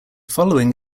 following